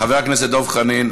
חבר הכנסת דב חנין.